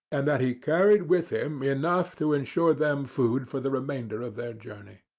and that he carried with him enough to ensure them food for the remainder of their journey.